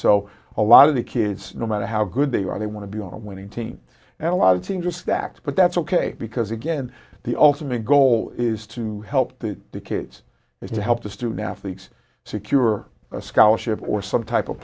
so a lot of the kids no matter how good they are they want to be on a winning team and a lot of things are stacked but that's ok because again the ultimate goal is to help the kids if you help the student athletes secure a scholarship or some type of